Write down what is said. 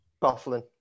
Baffling